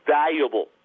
valuable